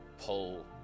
pull